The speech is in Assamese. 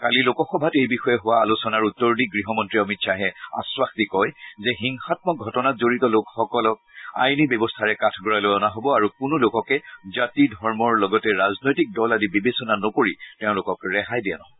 কালি লোকসভাত এই বিষয়ে হোৱা আলোচনাৰ উত্তৰ দি গহমন্ত্ৰী অমিত খাহে আখাস দি কয় যে হিংসামক ঘটনাত জড়িত লোকসকলক আইনী ব্যৱস্থাৰে কাঠগৰালৈ অনা হ'ব আৰু কোনো লোককে জাতি ধৰ্মৰ লগতে ৰাজনৈতিক দল আদি বিবেচনা নকৰি তেওঁলোকক ৰেহাই দিয়া নহব